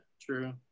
True